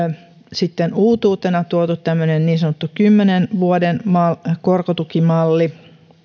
sitten uutuutena tuotu tämmöinen niin sanottu kymmenen vuoden korkotukimalli